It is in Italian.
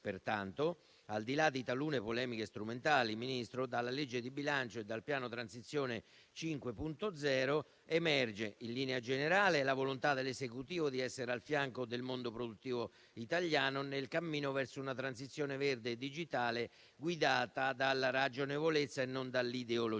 Pertanto, al di là di talune polemiche strumentali, Ministro, dalla legge di bilancio e dal piano Transizione 5.0 emerge, in linea generale, la volontà dell'Esecutivo di essere al fianco del mondo produttivo italiano nel cammino verso una transizione verde e digitale guidata dalla ragionevolezza e non dall'ideologia.